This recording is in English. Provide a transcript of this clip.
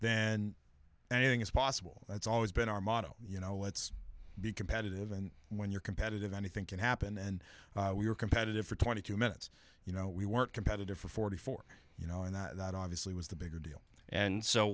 then anything is possible that's always been our motto you know what's be competitive and when you're competitive anything can happen and we're competitive for twenty two minutes you know we weren't competitive for forty four you know and that obviously was the bigger deal and so